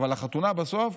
אבל החתונה בסוף,